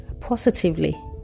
positively